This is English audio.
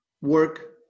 work